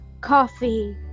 coffee